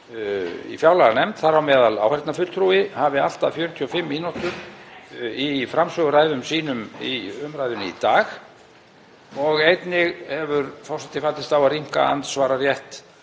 í fjárlaganefnd, þar á meðal áheyrnarfulltrúi, hafi allt að 45 mínútur í framsöguræðum sínum í umræðunni í dag. Einnig hefur forseti fallist á að rýmka andsvararétt